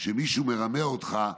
כשמישהו מרמה אותך,